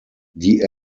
die